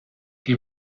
die